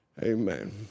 Amen